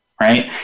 Right